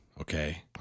okay